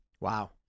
Wow